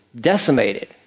decimated